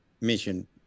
mission